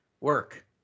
work